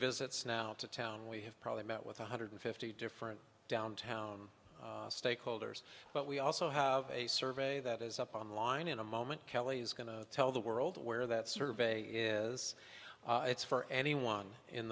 visits now to town we have probably met with one hundred fifty different downtown stakeholders but we also have a survey that is up online in a moment kelly is going to tell the world where that survey is it's for anyone in